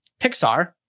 Pixar